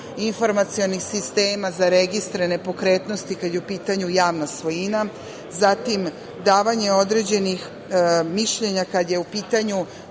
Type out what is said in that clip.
informacionih sistema za registre nepokretnosti, kad je u pitanju javna svojina, zatim, davanje određenih mišljenja kad je u pitanju